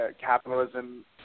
capitalism